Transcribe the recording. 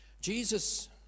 Jesus